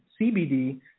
CBD